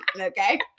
okay